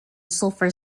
sulphur